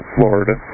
Florida